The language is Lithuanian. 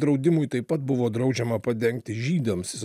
draudimui taip pat buvo draudžiama padengti žydams